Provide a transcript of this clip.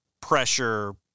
pressure